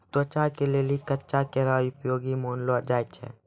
त्वचा के लेली कच्चा केला उपयोगी मानलो जाय छै